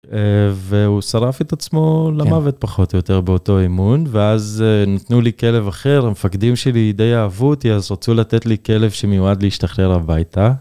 והוא שרף את עצמו למוות פחות או יותר באותו אימון, ואז נתנו לי כלב אחר, המפקדים שלי די אהבו אותי, אז רצו לתת לי כלב שמיועד להשתחרר הביתה.